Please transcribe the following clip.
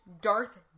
Darth